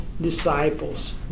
disciples